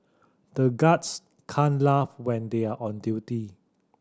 the guards can't laugh when they are on duty